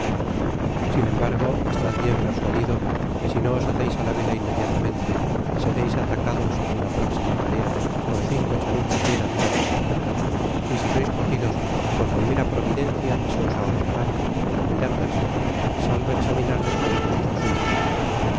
sin embargo estad bien persuadido que si no os haceis á la vela inmediatamente sereis atacados en la pró xima marea por cinco chalupas bien armadas y sí soi s cogidos por primera providencia se os ahorcará como piratas salvo examinar despues vuestro asunto